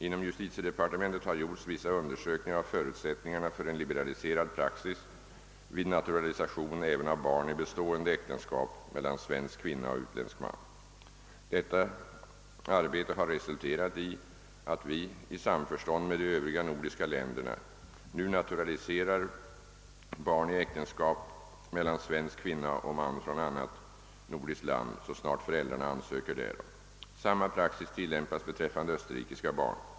Inom justitiedepartementet har gjorts vissa undersökningar av förutsättningarna för en liberaliserad praxis vid naturalisation även av barn i bestående äktenskap mellan svensk kvinna och utländsk man. Detta arbete har resulterat i att vi i samförstånd med de övriga nordiska länderna nu naturaliserar barn i äktenskap mellan svensk kvinna och man från annat nordiskt land, så snart föräldrarna ansöker därom. Samma praxis tillämpas beträffande österrikiska barn.